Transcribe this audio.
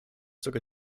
sogar